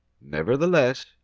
Nevertheless